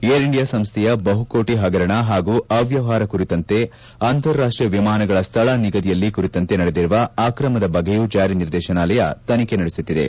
air India ಸಂಸ್ನೆಯ ಬಹುಕೋಟ ಹಗರಣ ಹಾಗೂ ಅವ್ಲವಹಾರ ಕುರಿತಂತೆ ಅಂತಾರಾಷ್ಷೀಯ ವಿಮಾನಗಳ ಸ್ಥಳ ನಿಗದಿಯಲ್ಲಿ ಕುರಿತಂತೆ ನಡೆದಿರುವ ಅಕ್ರಮ ಬಗ್ಗೆಯೂ ಜಾರಿ ನಿರ್ದೇಶನಾಲಯ ತನಿಖೆ ನಡೆಸುತ್ತಿದೆ